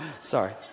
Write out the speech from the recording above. sorry